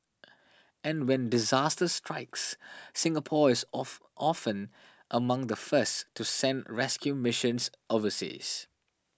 and when disaster strikes Singapore is often among the first to send rescue missions overseas